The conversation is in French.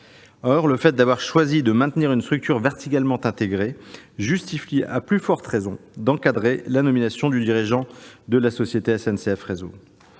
Or avoir choisi de maintenir une structure verticalement intégrée justifie à plus forte raison d'encadrer la nomination du dirigeant de la société SNCF Réseau.